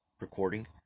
recording